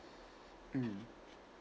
mm